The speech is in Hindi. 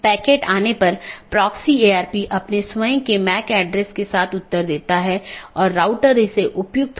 अपडेट मेसेज मूल रूप से BGP साथियों के बीच से रूटिंग जानकारी है